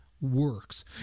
works